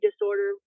disorder